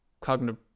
cognitive